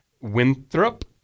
Winthrop